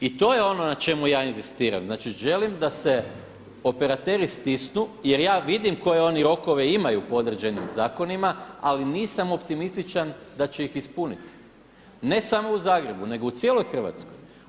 I to je ono na čemu ja inzistiram, znači želim da se operateri stisnu jer ja vidim koje oni rokove imaju po određenim zakonima ali nisam optimističan da će ih ispuniti ne samo u Zagrebu, nego u cijeloj Hrvatskoj.